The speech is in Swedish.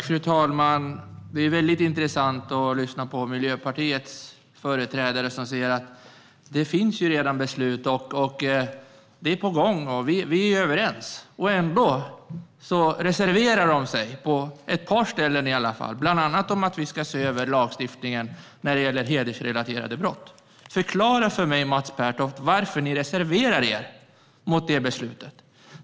Fru talman! Det är väldigt intressant att lyssna på Miljöpartiets företrädare, som säger att det redan finns beslut, att det är på gång och att vi är överens. Men ändå reserverar de sig, i alla fall på ett par ställen, bland annat om att vi ska se över lagstiftningen när det gäller hedersrelaterade brott. Förklara för mig, Mats Pertoft, varför ni reserverar er mot det beslutet!